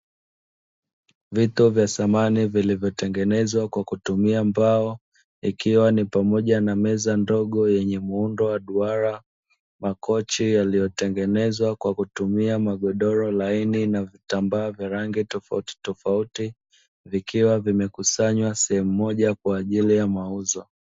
Vito vya samani vilivyotengenezwa kwa kutumia mbao, ikiwa ni pamoja na meza ndogo yenye muundo wa duara, makochi yaliyotengenezwa kwa kutumia magodoro laini na vitambaa vya rangi tofauti tofauti, vikiwa vimekusanywa sehemu moja kwaajili ya mauzo.